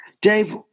Dave